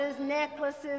necklaces